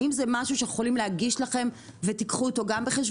האם זה משהו שאנחנו יכולים להגיש לכם ותיקחו גם אותו בחשבון?